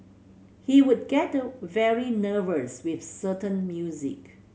he would get very nervous with certain music